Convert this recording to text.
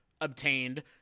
obtained